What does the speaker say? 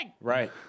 right